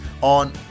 on